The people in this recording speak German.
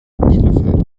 bielefeld